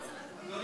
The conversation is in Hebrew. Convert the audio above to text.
כן.